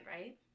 right